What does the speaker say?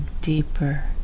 deeper